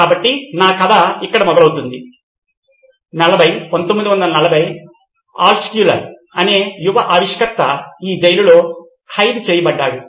కాబట్టి నా కథ ఇక్కడ మొదలవుతుంది 40 1940 ఆల్ట్షుల్లర్ అనే యువ ఆవిష్కర్త ఈ జైలులో ఖైదు చేయబడ్డాడు